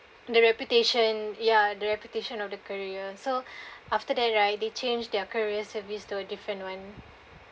the reputation ya the reputation of the courier so after that right they changed their courier service to a different one